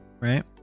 right